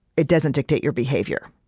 it doesn't dictate your behavior.